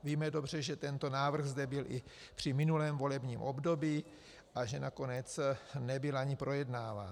Víme dobře, že tento návrh zde byl i při minulém volebním období a že nakonec nebyl ani projednáván.